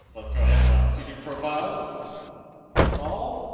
let's go ahead and run sudo profiles install.